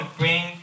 bring